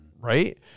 right